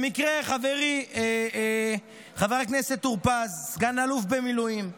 במקרה, חברי חבר הכנסת טור פז, סגן אלוף במילואים,